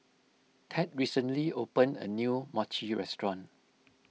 Tad recently opened a new Mochi restaurant